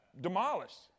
demolished